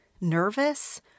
nervous